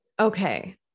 Okay